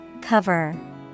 Cover